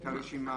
את הרשימה,